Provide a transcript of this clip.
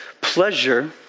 pleasure